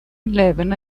eleven